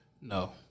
No